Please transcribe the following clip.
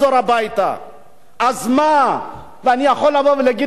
ואני יכול לבוא ולהגיד עכשיו: אותם אנשים שנמצאים כאן,